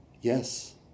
yes